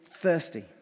thirsty